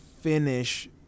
finish